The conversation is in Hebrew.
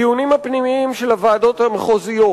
הדיונים הפנימיים של הוועדות המחוזיות,